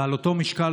ועל אותו משקל,